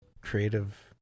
creative